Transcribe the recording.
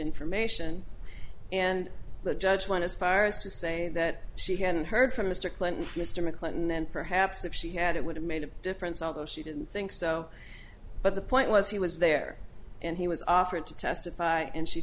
information and the judge went as far as to say that she hadn't heard from mr clinton mr mcclinton and perhaps if she had it would have made a difference although she didn't think so but the point was he was there and he was offered to testify and she